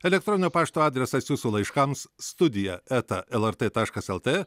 elektroninio pašto adresas jūsų laiškams studija eta lrt taškas lt